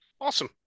awesome